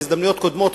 בהזדמנויות קודמות,